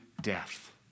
death